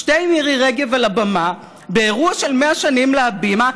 שתי מירי רגב על הבמה באירוע של 100 שנים להבימה,